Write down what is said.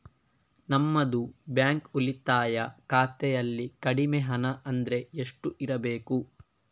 ನಮ್ಮದು ಬ್ಯಾಂಕ್ ಉಳಿತಾಯ ಖಾತೆಯಲ್ಲಿ ಕಡಿಮೆ ಹಣ ಅಂದ್ರೆ ಎಷ್ಟು ಇರಬೇಕು?